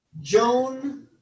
Joan